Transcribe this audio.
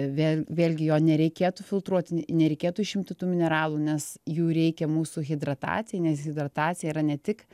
vėl vėlgi jo nereikėtų filtruoti nereikėtų išimti tų mineralų nes jų reikia mūsų hidratacijai nes hidratacija yra ne tik